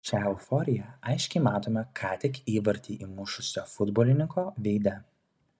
šią euforiją aiškiai matome ką tik įvartį įmušusio futbolininko veide